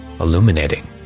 illuminating